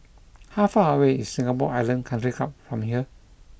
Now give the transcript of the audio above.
how far away is Singapore Island Country Club from here